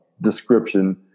description